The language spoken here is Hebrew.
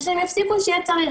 ושהם יפסיקו כשיהיה צריך.